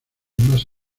más